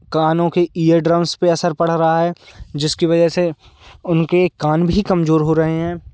कानों के इयरड्रम्स पर असर पड़ रहा है जिसकी वजह से उनके कान भी कमजोर हो रहे हैं